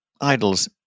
idols